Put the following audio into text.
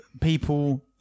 people